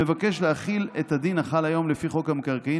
מבקש להחיל את הדין החל היום לפי חוק המקרקעין